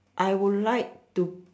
I would like to